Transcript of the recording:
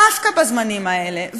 דווקא בזמנים האלה,